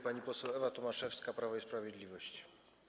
Pani poseł Ewa Tomaszewska, Prawo i Sprawiedliwość.